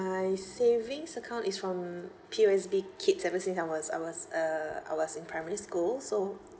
savings account is from P_O_S_B kids ever since I was I was uh I was in primary school so